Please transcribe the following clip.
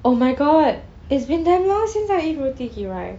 oh my god it's been damn long since I eat roti kirai